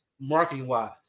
marketing-wise